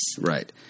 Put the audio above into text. Right